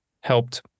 helped